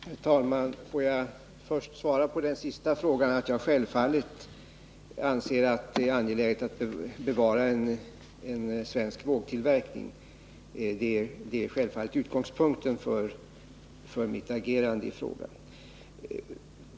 Herr talman! Får jag först svara på den senaste frågan, att jag självfallet anser det angeläget att bevara en svensk vågtillverkning. Det är givetvis utgångspunkten för mitt agerande i frågan.